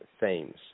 themes